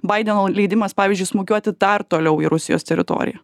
baideno leidimas pavyzdžiui smūgiuoti dar toliau į rusijos teritoriją